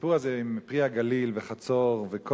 הסיפור הזה של "פרי הגליל" וחצור וכל